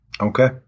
Okay